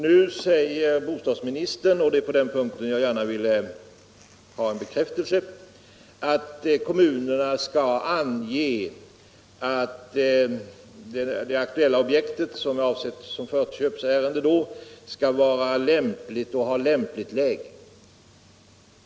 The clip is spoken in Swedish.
Nu säger bostadsministern - och det är på den punkten jag gärna vill ha en bekräftelse — att kommunerna skall ange att det aktuella objektet skall ha ett lämpligt läge.